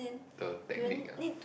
the technique ah